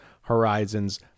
Horizons